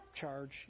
Charge